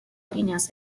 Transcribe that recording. líneas